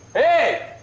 hey